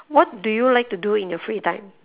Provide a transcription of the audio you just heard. what do you like to do in your free time